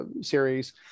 series